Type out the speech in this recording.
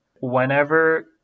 Whenever